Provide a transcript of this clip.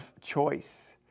choice